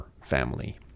family